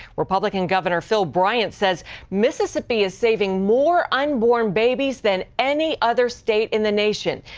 republican governor phil bryant says mississippi is saving more unborn babies than any other state in the nation.